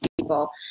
people